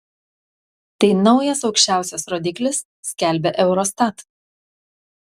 tai naujas aukščiausias rodiklis skelbia eurostat